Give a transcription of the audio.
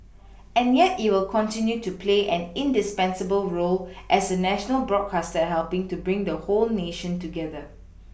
and yet it'll continue to play an indispensable role as the national broadcaster helPing to bring the whole nation together